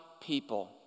people